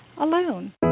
alone